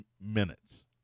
minutes